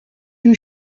you